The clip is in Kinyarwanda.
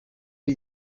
iyi